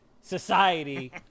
society